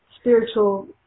spiritual